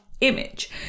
image